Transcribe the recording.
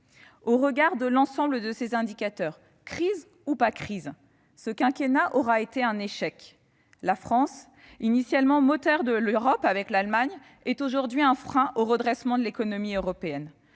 Au regard de l'ensemble de ces indicateurs, crise ou pas crise, ce quinquennat aura été un échec. La France, initialement moteur de l'Europe avec l'Allemagne, est aujourd'hui un frein au redressement de l'économie européenne